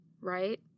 right